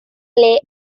play